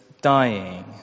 dying